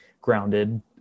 grounded